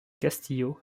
castillo